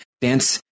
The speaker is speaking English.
dance